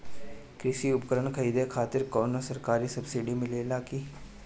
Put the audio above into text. कृषी उपकरण खरीदे खातिर कउनो सरकारी सब्सीडी मिलेला की?